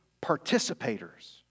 participators